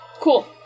cool